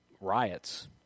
riots